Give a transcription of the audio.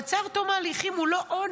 מעצר עד תום ההליכים הוא לא עונש,